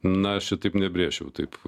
na aš čia taip nebrėžčiau taip